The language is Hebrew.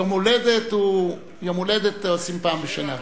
יום הולדת חוגגים פעם בשנה.